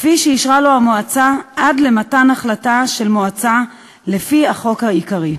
כפי שאישרה לו המועצה עד למתן החלטה של מועצה לפי החוק העיקרי.